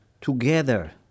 together